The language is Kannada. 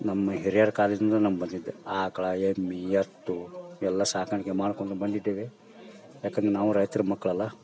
ನಮ್ಮ ಹಿರಿಯರ ಕಾಲ್ದಿಂದನೂ ನಮ್ಗೆ ಬಂದಿದ್ದೇ ಆಕ್ಳು ಎಮ್ಮೆ ಎತ್ತು ಎಲ್ಲ ಸಾಕಾಣಿಕೆ ಮಾಡಿಕೊಂಡು ಬಂದಿದ್ದೇವೆ ಯಾಕಂದ್ರೆ ನಾವೂ ರೈತ್ರ ಮಕ್ಳಳು